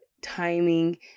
timing